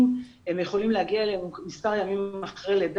נכון להיום יותר קשה להן כי הן פחות יכולות לצאת,